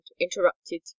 interrupted